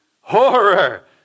horror